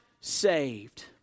saved